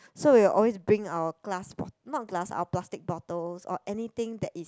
so we'll always bring our glass bot~ not glass our plastic bottles or anything that is